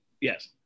yes